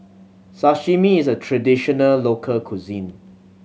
Sashimi is a traditional local cuisine